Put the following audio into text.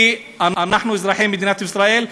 כי אנחנו אזרחי מדינת ישראל,